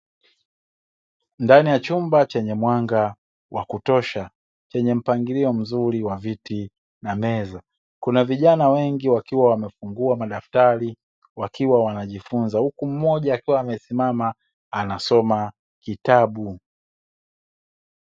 Chumba chenye mwanga wa kutosha chenye mpangilio mzuri wa viti na meza, kuna vijana wengi wakiwa wamefungua madaftari wakiwa wanajifunza huku mmoja akiwa amesimama anasoma kitabu.